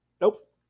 Nope